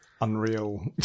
Unreal